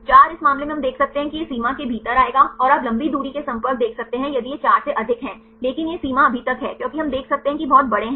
4 इस मामले में हम देख सकते हैं कि यह इस सीमा के भीतर आएगा और आप लंबी दूरी के संपर्क देख सकते हैं यदि यह 4 से अधिक है लेकिन यह सीमा अभी तक है क्योंकि हम देख सकते हैं कि बहुत बड़े हैं